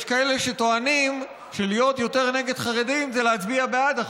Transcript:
יש כאלה שטוענים שלהיות יותר נגד חרדים זה להצביע בעד החוק.